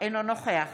אינו נוכח